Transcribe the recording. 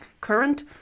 current